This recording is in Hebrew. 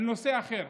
אל נושא אחר,